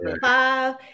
Five